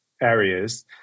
areas